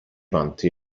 wandte